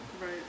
Right